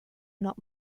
not